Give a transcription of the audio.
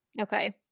Okay